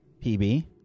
PB